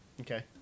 Okay